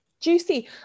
juicy